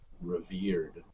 revered